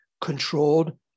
controlled